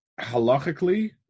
Halachically